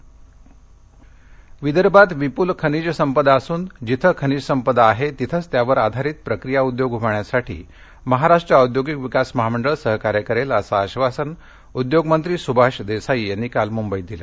विदर्भ खनिजः विदर्भात विपूल खनिजसंपदा असून जिथे खनिजसंपदा आहे तिथेच त्यावर आधारित प्रक्रिया उद्योग उभारण्यासाठी महाराष्ट्र औद्योगिक विकास महामंडळ सहकार्य करेल असं आश्वासन उद्योगमंत्री सुभाष देसाई यांनी काल मुंबईत दिलं